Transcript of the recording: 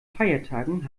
feiertagen